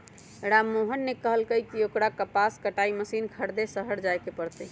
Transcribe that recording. राममोहन ने कहल कई की ओकरा कपास कटाई मशीन खरीदे शहर जाय पड़ तय